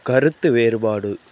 கருத்து வேறுபாடு